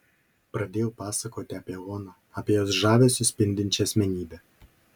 pradėjau pasakoti apie oną apie jos žavesiu spindinčią asmenybę